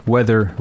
Weather